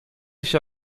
się